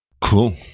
Cool